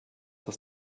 das